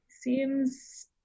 Seems